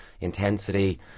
intensity